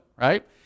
right